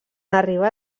arribar